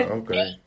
okay